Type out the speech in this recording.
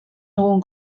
dugun